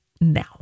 now